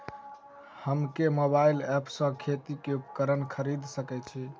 हम केँ mobile app सँ खेती केँ उपकरण खरीदै सकैत छी?